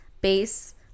base